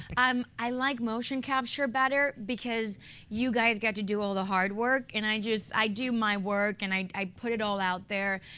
um i like motion capture better because you guys get to do all the hard work. and i just do my work, and i i put it all out there,